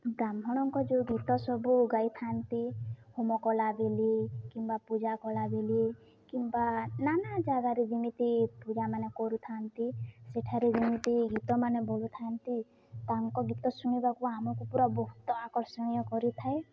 ବ୍ରାହ୍ମଣଙ୍କ ଯେଉଁ ଗୀତ ସବୁ ଗାଇଥାନ୍ତି ହୋମ କଲା ବେଳେ କିମ୍ବା ପୂଜା କଲା ବେଳେ କିମ୍ବା ନାନା ଜାଗାରେ ଯେମିତି ପୂଜାମାନେ କରୁଥାନ୍ତି ସେଠାରେ ଯେମିତି ଗୀତମାନେ ବୋଲୁଥାନ୍ତି ତାଙ୍କ ଗୀତ ଶୁଣିବାକୁ ଆମକୁ ପୁରା ବହୁତ ଆକର୍ଷଣୀୟ କରିଥାଏ